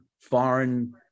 foreign